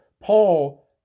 Paul